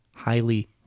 Highly